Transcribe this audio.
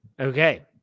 Okay